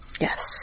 Yes